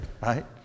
right